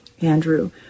Andrew